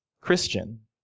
Christian